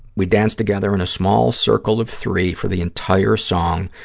we danced together in a small circle of three for the entire song,